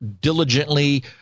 diligently